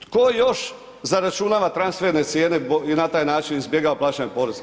Tko još zaračunava transferne cijene i na taj način izbjegava plaćanje poreza?